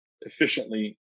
efficiently